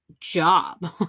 job